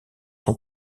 son